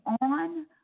on